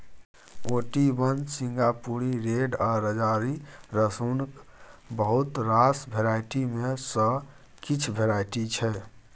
Ooty one, सिंगापुरी red आ राजाली रसुनक बहुत रास वेराइटी मे सँ किछ वेराइटी छै